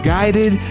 Guided